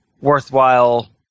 worthwhile